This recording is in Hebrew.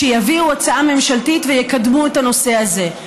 שיביאו הצעה ממשלתית ויקדמו את הנושא הזה.